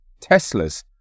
Teslas